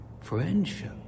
friendship